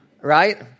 right